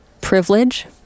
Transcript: privilege